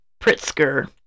Pritzker